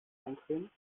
eincremen